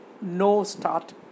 no-start